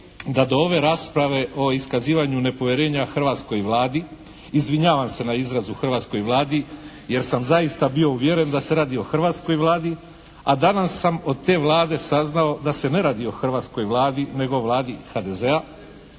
da do ove rasprave o iskazivanju nepovjerenja hrvatskoj Vladi, izvinjavam se na izrazu hrvatskoj Vladi jer sam zaista bio uvjeren da se radi o hrvatskoj Vladi. A danas sam od te Vlade saznao da se ne radi o hrvatskoj Vladi nego o Vladi HDZ-a,